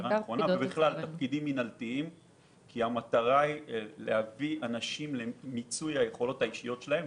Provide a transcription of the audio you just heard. כי המטרה היא להביא אנשים למיצוי היכולות האישיות שלהם,